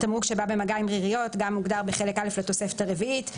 "תמרוק שבא במגע עם ריריות" כהגדרתו בחלק א' לתוספת הרביעית.